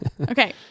Okay